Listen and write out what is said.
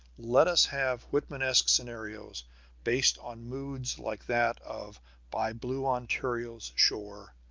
let us have whitmanesque scenarios based on moods like that of by blue ontario's shore,